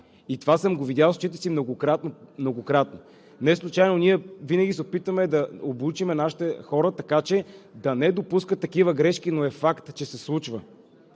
Това съм го видял с очите си многократно. Неслучайно ние винаги се опитваме да обучим нашите хора, така че да не допускат такива грешки, но е факт, че се случва.